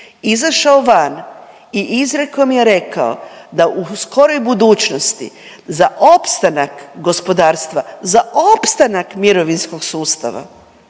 izašao van i izrekom je rekao da u skoroj budućnosti za opstanak gospodarstva, za opstanak mirovinskog sustava,